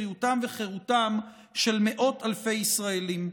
בריאותם וחירותם של מאות אלפי ישראלים.